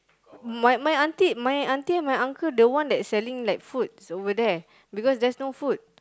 my my my auntie my auntie and my uncle the one that selling like foods over there because there's no food